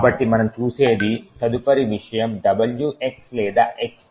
కాబట్టి మనం చూసే తదుపరి విషయం WX లేదా X బిట్